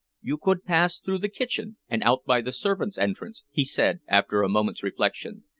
you could pass through the kitchen and out by the servants' entrance, he said, after a moment's reflection.